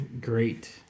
Great